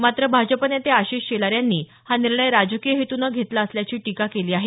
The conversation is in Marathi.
मात्र भाजप नेते आशिष शेलार यांनी हा निर्णय राजकीय हेतूनं घेतला असल्याची टीका केली आहे